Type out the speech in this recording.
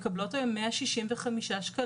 והן מקבלות היום 165 שקלים.